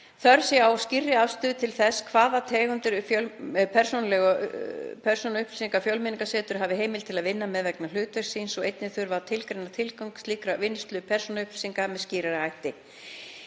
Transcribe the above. Þörf sé á skýrri afstöðu til þess hvaða tegundir persónuupplýsinga Fjölmenningarsetur hafi heimild til að vinna með vegna hlutverks síns og einnig þurfi að tilgreina tilgang slíkrar vinnslu persónuupplýsinga með skýrari hætti.